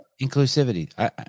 inclusivity